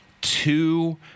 two